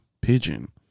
pigeon